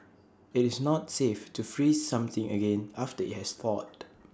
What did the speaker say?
IT is not safe to freeze something again after IT has thawed